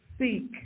seek